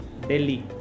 Delhi